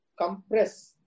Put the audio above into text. compress